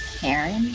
Karen